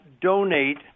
donate